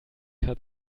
hat